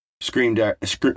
screamed